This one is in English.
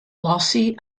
lossy